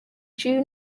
due